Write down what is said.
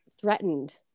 threatened